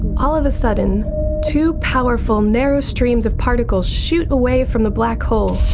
all of a sudden two powerful narrow streams of particles shoot away from the black hole,